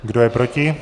Kdo je proti?